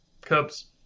cubs